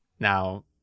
Now